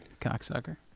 cocksucker